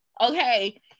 okay